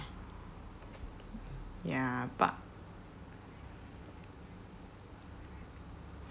ya but